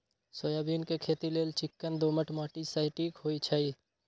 soybean के खेती लेल चिक्कन दोमट माटि सटिक होइ छइ